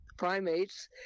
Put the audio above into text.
Primates